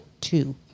two